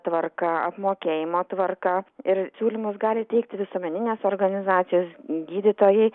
tvarka apmokėjimo tvarka ir siūlymus gali teikti visuomeninės organizacijos gydytojai